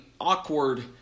awkward